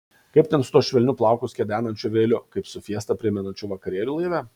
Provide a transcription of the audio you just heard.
kaip ten su tuo švelniu plaukus kedenančiu vėjeliu kaip su fiestą primenančiu vakarėliu laive